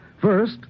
First